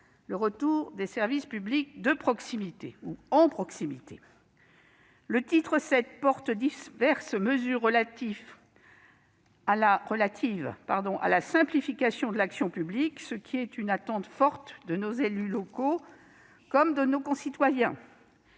le retour des services publics en proximité. Le titre VII comporte diverses mesures relatives à la simplification de l'action publique, ce qui est une attente forte de nos élus locaux comme de nos concitoyens